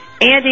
Andy